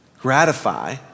gratify